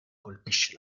colpisce